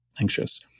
anxious